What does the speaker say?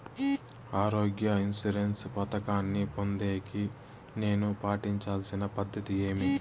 ఆరోగ్య ఇన్సూరెన్సు పథకాన్ని పొందేకి నేను పాటించాల్సిన పద్ధతి ఏమి?